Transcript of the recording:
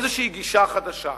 איזושהי גישה חדשה?